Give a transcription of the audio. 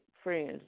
Friends